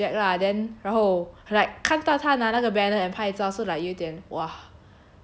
banner project lah then 然后 like 看到他拿那个 banner and 拍照 so like 有一点 !wah!